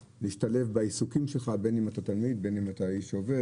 להשתלב בעיסוקים שלך ביום אם אתה תלמיד בין אם אתה איש שעובד